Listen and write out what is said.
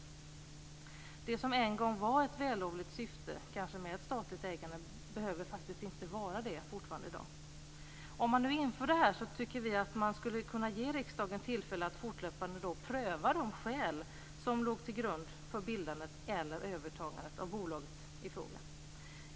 Det som en gång kanske var ett vällovligt syfte med ett statligt ägande behöver faktiskt inte vara det längre. Om man nu inför detta tycker vi att man skulle kunna ge riksdagen tillfälle att fortlöpande pröva de skäl som låg till grund för bildandet eller övertagandet av bolaget i fråga.